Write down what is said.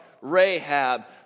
Rahab